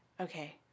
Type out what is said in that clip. okay